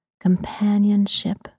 companionship